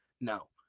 no